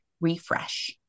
refresh